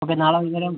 okay നാളെ വൈകുന്നേരം